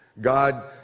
God